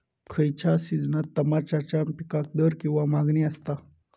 खयच्या सिजनात तमात्याच्या पीकाक दर किंवा मागणी आसता?